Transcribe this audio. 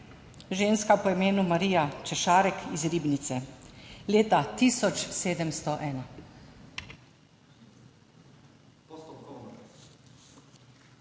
ženska po imenu Marija Češarek iz Ribnice leta 1701.